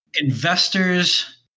investors